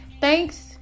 thanks